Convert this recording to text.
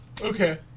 Okay